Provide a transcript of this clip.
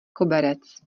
koberec